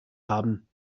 haben